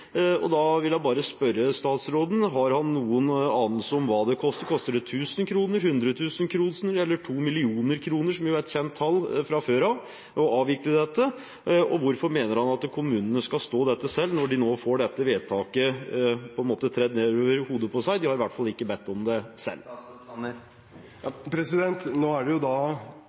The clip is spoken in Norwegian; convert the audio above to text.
Da vil jeg bare spørre statsråden: Har han noen anelse om hva det vil koste? Koster det 1 000 kr, 100 000 kr eller 2 mill. kr – som jo er et kjent tall fra før – å avvikle dette? Og hvorfor mener han at kommunene skal stå for dette selv, når de nå får dette vedtaket tredd nedover hodet på seg? De har i hvert fall ikke bedt om det selv. Nå er det,